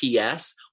PS